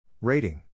Rating